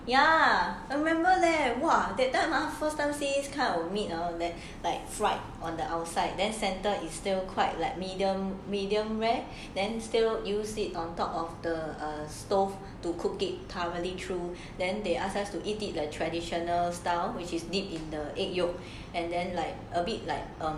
ya I remember leh !wah! that time my first time taste that kind of meat ah then like fried on the outside then center is still quite like medium medium rare then still use it on top of the stove to cook it thoroughly through then they ask us to eat it the traditional style which is dip in the egg yolk and then like a bit like